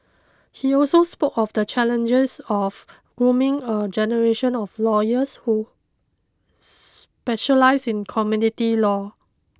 he also spoke of the challenges of grooming a generation of lawyers who specialise in community law